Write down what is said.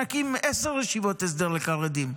נקים עשר ישיבות הסדר לחרדים.